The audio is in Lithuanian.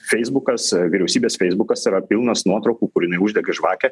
feisbukas vyriausybės feisbukas yra pilnas nuotraukų kur jinai uždega žvakę